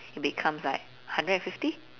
becomes like hundred and fifty